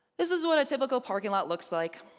this is what a typical parking lot looks like.